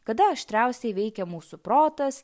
kada aštriausiai veikia mūsų protas